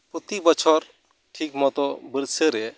ᱯᱚᱛᱤ ᱵᱚᱪᱷᱚᱨ ᱴᱷᱤᱠᱢᱚᱛᱚ ᱵᱟᱹᱨᱥᱟᱹᱨᱮ